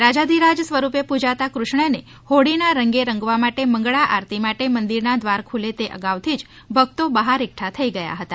રાજાઘિરાજ સ્વરૂપે પૂજાતા કૃષ્ણને હોળી ને રંગે રંગવા માટે મંગલા આરતી માટે મંદિર ના દ્વાર ખૂલે તે અગાઉ થી ભક્તો બહાર એકઠા થઈ ગયા હતા